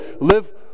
live